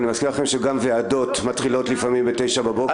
אני מזכיר לכם שגם ועדות מתחילות לפעמים ב-9:00 בבוקר.